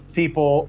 people